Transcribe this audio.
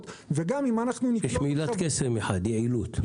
וגם אנחנו נקלוט --- יש מילת קסם אחת יעילות,